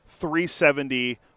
.370